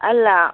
ಅಲ್ಲ